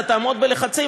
אתה תעמוד בלחצים?